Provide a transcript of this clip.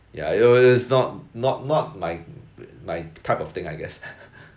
ya it was not not not my my type of thing I guess